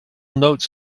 note